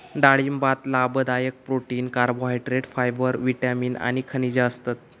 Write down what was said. डाळिंबात लाभदायक protein, carbohydrate, fibre, vitamin आणि खनिजा असतत